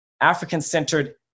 African-centered